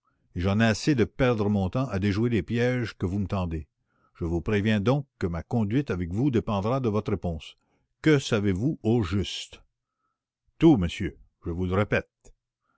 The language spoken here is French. j'en ai assez de perdre mon temps à déjouer les pièges que vous me tendez je vous préviens donc que ma conduite avec vous dépendra de votre réponse que savez-vous au juste tout monsieur je vous le répète